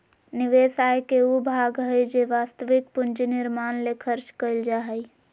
निवेश आय के उ भाग हइ जे वास्तविक पूंजी निर्माण ले खर्च कइल जा हइ